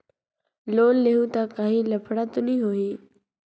Loan लेहूं ता काहीं लफड़ा तो नी होहि?